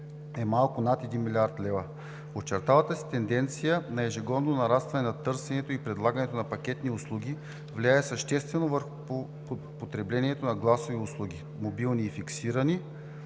е малко над 1 млрд. лв. Очерталата се тенденция на ежегодно нарастване на търсенето и предлагането на пакетни услуги влияе съществено върху потреблението на гласови услуги – мобилни и фиксирани,